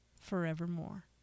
forevermore